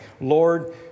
Lord